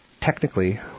technically